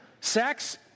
sex